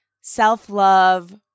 self-love